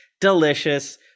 Delicious